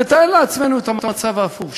נתאר לעצמנו את המצב ההפוך,